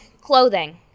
clothing